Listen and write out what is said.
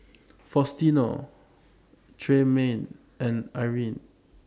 Faustino Tremayne and Irine